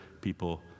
people